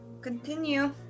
Continue